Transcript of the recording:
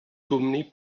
gwmni